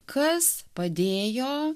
kas padėjo